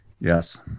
yes